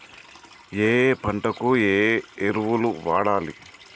ఏయే పంటకు ఏ ఎరువులు వాడాలి?